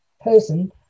person